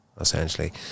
essentially